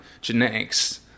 genetics